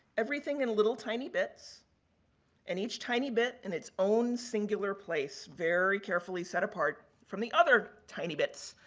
everything in little tiny bits and each tiny bit in its own singular place very carefully set apart from the other tiny bits.